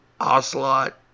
Ocelot